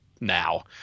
now